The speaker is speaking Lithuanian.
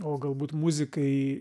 o galbūt muzikai